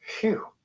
Phew